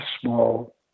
small